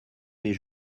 mais